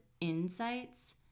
insights